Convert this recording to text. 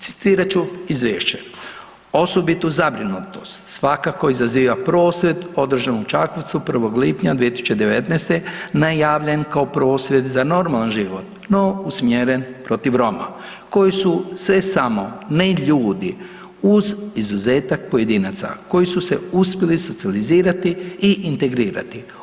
Citirat ću izvješće, osobitu zabrinutost svakako izaziva prosvjed održan u Čakovcu 1. lipnja 2019. najavljen kao prosvjed za normalan život no usmjeren protiv Roma koji su sve samo ne ljudi uz izuzetak pojedinaca koji su se uspjeli socijalizirati i integrirati.